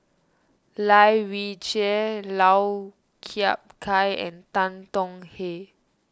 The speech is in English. Lai Weijie Lau Chiap Khai and Tan Tong Hye